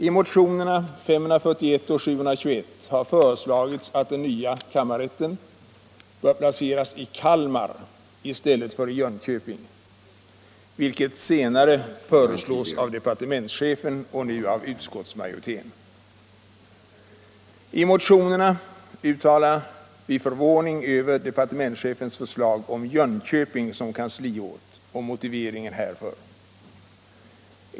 I motionerna 541 och 721 har föreslagits att den nya kammarrätten skall placeras i Kalmar i stället för i Jönköping, vilket senare föreslås av departementschefen och nu av utskottsmajoriteten. I motionerna uttalas förvåning över departementschefens förslag om Jönköping som kansliort och över motiveringen härför.